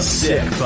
sick